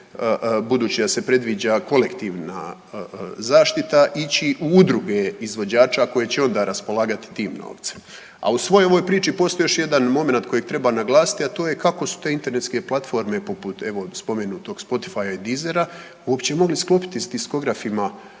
se budući da se predviđa kolektivna zaštita ići u udruge izvođača koji će onda raspolagati tim novcem. A u svoj ovoj priči postoji još jedan momenat kojeg treba naglasiti, a to je kako su te internetske platforme poput evo spomenutog Spotifya i Deezera uopće mogli sklopiti sa diskografima